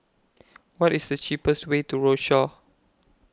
What IS The cheapest Way to Rochor